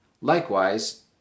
Likewise